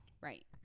Right